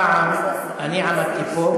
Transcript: פעם אני עמדתי פה,